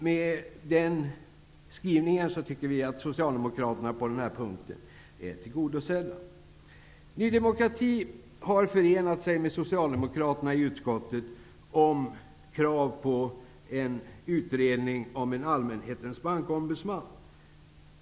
Med den skrivningen tycker vi att Socialdemokraterna är tillgodosedda på den punkten. Ny demokrati har förenat sig med socialdemokraterna i utskottet om krav på en utredning om en allmänhetens bankombudsman.